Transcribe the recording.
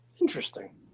Interesting